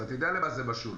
אז אתה יודע למה זה משול?